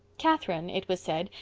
catherine, it was said,